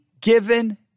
given